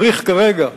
צריך כרגע